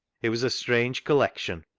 it was a strange collection.